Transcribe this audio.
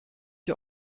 die